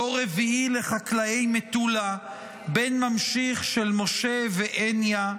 דור רביעי לחקלאי מטולה, בן ממשיך של משה והניה,